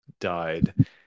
died